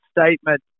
statement